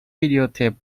videotape